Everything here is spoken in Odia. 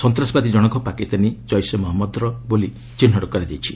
ସନ୍ତାସବାଦୀ ଜଣକ ପାକିସ୍ତାନୀ ଜୈସେ ମହମ୍ମଦର ବୋଲି ଚିହ୍ନଟ କରାଯାଇଛି